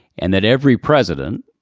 and that every president,